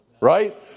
Right